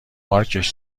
مارکش